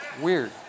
Weird